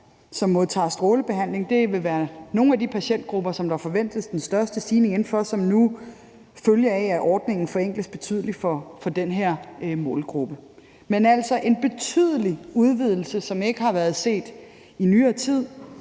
som modtager strålebehandling – det vil være en af de patientgrupper, som der forventes den største stigning inden for som følge af at ordningen forenkles betydeligt for den her målgruppe. Men det er altså en betydelig udvidelse, som ikke har været set i nyere tid,